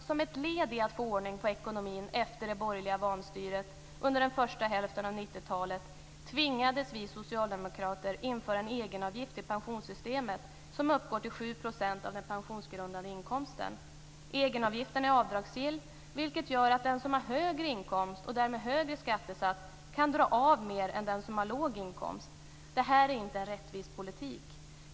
Som ett led i att få ordning på ekonomin efter det borgerliga vanstyret under den första hälften av 90-talet tvingades vi socialdemokrater införa en egenavgift till pensionssystemet som uppgår till 7 % av den pensionsgrundande inkomsten. Egenavgiften är avdragsgill, vilket gör att den som har högre inkomst och därmed högre skattesats kan dra av mer än den som har låg inkomst. Det här är inte en rättvis politik.